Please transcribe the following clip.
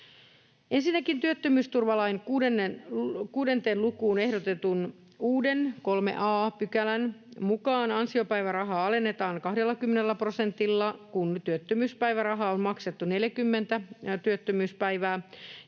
Ensinnäkin työttömyysturvalain 6 lukuun ehdotetun uuden 3 a §:n mukaan ansiopäivärahaa alennetaan 20 prosentilla, kun työttömyyspäivärahaa on maksettu 40 työttömyyspäivää,